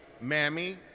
Mammy